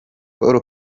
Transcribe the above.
paul